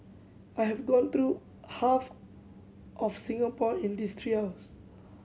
I have gone through half of Singapore in these three hours